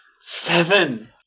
Seven